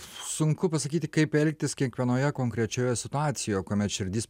sunku pasakyti kaip elgtis kiekvienoje konkrečioje situacijoje kuomet širdis